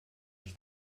els